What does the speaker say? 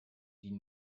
die